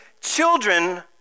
children